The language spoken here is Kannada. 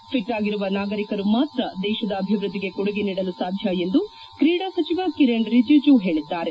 ಫಿಟ್ ಆಗಿರುವ ನಾಗರಿಕರು ಮಾತ್ರ ದೇಶದ ಅಭಿವೃದ್ದಿಗೆ ಕೊಡುಗೆ ನೀಡಲು ಸಾಧ್ಯ ಎಂದು ಕ್ರೀಡಾ ಸಚಿವ ಕಿರಣ್ ರಿಜಿಜು ಹೇಳಿದ್ದಾರೆ